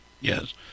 Yes